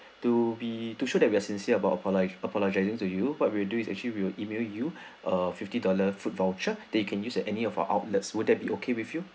to be to show that we are sincere about apologiise apologising to you what we'll do is actually we'll email you a fifty dollar food voucher that you can use at any of our outlets would that be okay with you